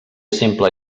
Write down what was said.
simple